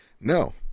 no